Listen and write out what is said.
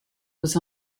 was